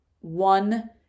one